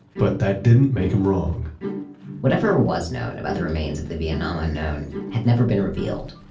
but that didn't make him wrong whatever was known about the remains of the vietnam unknown had never been revealed.